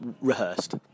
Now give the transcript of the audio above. rehearsed